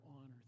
honor